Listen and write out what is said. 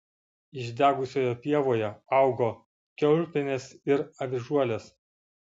išdegusioje pievoje augo kiaulpienės ir avižuolės